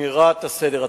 ולשמירת הסדר הציבורי.